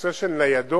הנושא של ניידות